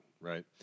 Right